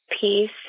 peace